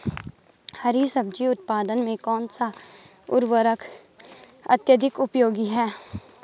हरी सब्जी उत्पादन में कौन सा उर्वरक अत्यधिक उपयोगी है?